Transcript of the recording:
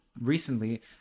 recently